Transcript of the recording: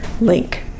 link